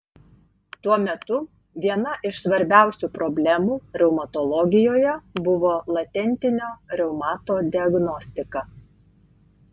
tuo metu viena iš svarbiausių problemų reumatologijoje buvo latentinio reumato diagnostika